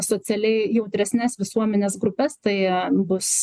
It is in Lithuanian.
socialiai jautresnes visuomenės grupes tai bus